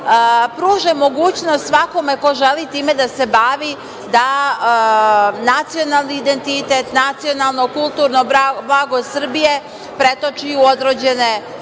pruže mogućnost svakome ko želi time da se bavi, da nacionalni identitet, nacionalno kulturno blago Srbije pretoči u određene